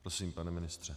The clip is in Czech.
Prosím, pane ministře.